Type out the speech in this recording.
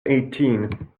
eighteen